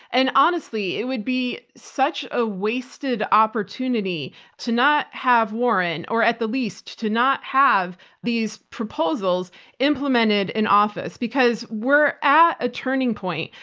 and honestly it would be such a wasted opportunity to not have warren or at the least to not have these proposals implemented in office because we're at a turning point.